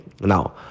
Now